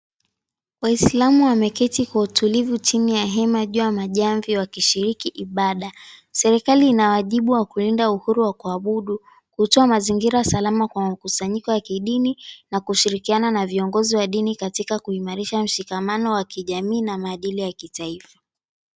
Waislamu wameketi kwa utulivu chini ya hema juu ya majamvi wakishiriki Ibada. Serikali ina wajibu la kulinda uhuru wa kuabudu, kutoa mazingira salama kwa makusanyiko ya kidini na kushirikiana na viongozi wa dini katika kuimarisha mshikamano wa kijamii na maadili ya kitaifa.